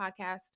podcast